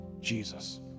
Jesus